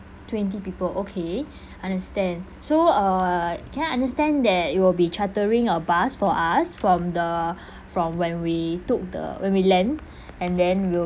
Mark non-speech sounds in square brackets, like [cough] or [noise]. twenty people okay [breath] understand so uh can I understand that it will be chartering a bus for us from the [breath] from when we took the when we land and then we'll